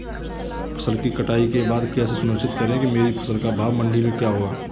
फसल की कटाई के बाद कैसे सुनिश्चित करें कि मेरी फसल का भाव मंडी में क्या होगा?